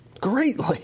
greatly